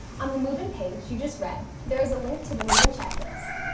on the move-in page you just read there is a link to the move-in checklist.